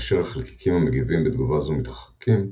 כאשר החלקיקים המגיבים בתגובה זו מתרחקים,